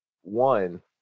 one